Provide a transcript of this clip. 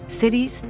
cities